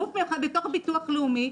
גוף מיוחד בתוך ביטוח לאומי,